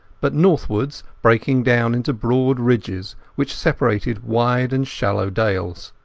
but northwards breaking down into broad ridges which separated wide and shallow dales.